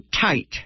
tight